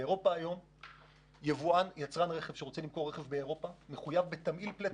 היום באירופה יצרן רכב שרוצה למכור רכב באירופה מחויב בתמהיל פליטות.